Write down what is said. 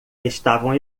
estavam